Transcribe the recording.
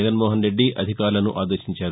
జగన్మోహన్ రెడ్డి అధికారులను ఆదేశించారు